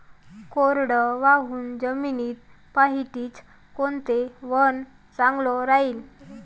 कोरडवाहू जमीनीत पऱ्हाटीचं कोनतं वान चांगलं रायीन?